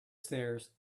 stairs